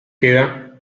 queda